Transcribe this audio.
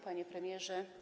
Panie Premierze!